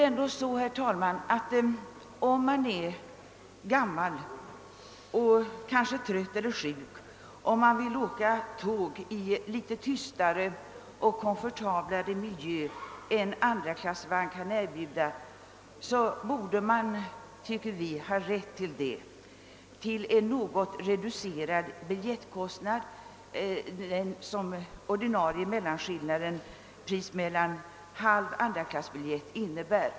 Om man är gammal och kanske trött eller sjuk och vill åka tåg i litet tystare och komfortablare miljö än en andraklassvagn kan erbjuda, borde man — tycker vi — ha rätt att göra det till en något reducerad biljettkostnad och bara betala mellanskillnaden i förhållande till halv andraklassbiljett.